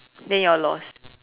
then you all lost